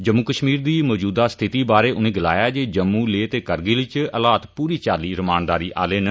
जम्मू कश्मीर दी मौजूदा स्थिति बारै उनें गलाया जे जम्मू लेह ते करगिल च हालात पूरी चाल्ली रमानदारी आह्ले न